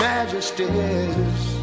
Majesties